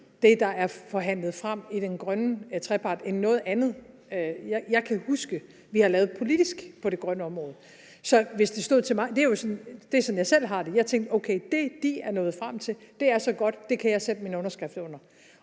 det, der er forhandlet frem i den grønne trepart, er i øvrigt langt bedre end noget andet, jeg kan huske vi har lavet politisk på det grønne område – at jeg tænkte, for det er sådan, jeg selv har det: Okay, det, de er nået frem til, er så godt, at det kan jeg sætte min underskrift under.